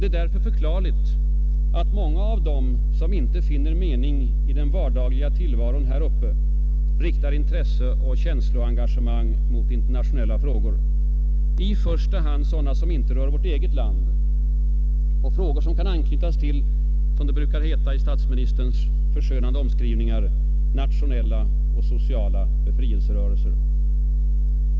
Det är därför förklarligt att många av dem som inte finner mening i den vardagliga tillvaron här uppe riktar intresse och känsloengagemang mot internationella frågor, i första hand sådana som inte rör vårt eget land och som kan anknytas till — som det brukar heta i statsministerns förskönande omskrivningar — ”nationella och sociala befrielserörelser”.